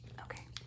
Okay